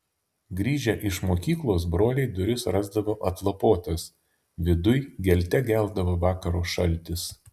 grįžę iš mokyklos broliai duris rasdavo atlapotas viduj gelte geldavo vakaro šaltis